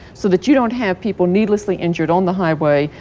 so that you don't have people needlessly injured on the highway,